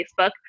Facebook